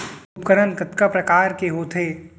उपकरण कतका प्रकार के होथे?